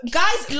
guys